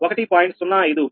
05 plus j 0